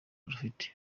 rufite